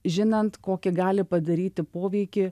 žinant kokį gali padaryti poveikį